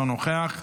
אינו נוכח,